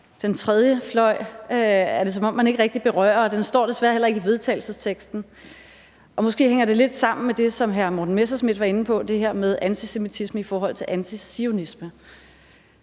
Den tredje fløj er det som om man ikke rigtig berører, og den står desværre heller ikke i forslaget til vedtagelse, og måske hænger det lidt sammen med det, som hr. Morten Messerschmidt var inde på, nemlig det her med antisemitisme i forhold til antizionisme,